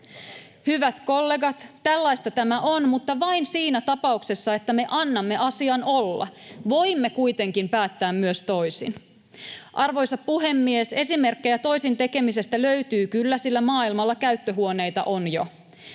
Hyvät kollegat, tällaista tämä on, mutta vain siinä tapauksessa, että me annamme asian olla. Voimme kuitenkin päättää myös toisin. Arvoisa puhemies! Esimerkkejä toisin tekemisestä löytyy kyllä, sillä maailmalla käyttöhuoneita on jo.